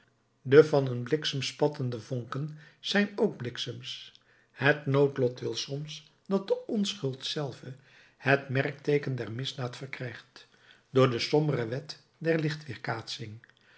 de van een bliksem spattende vonken zijn ook bliksems het noodlot wil soms dat de onschuld zelve het merkteeken der misdaad verkrijgt door de sombere wet der